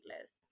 list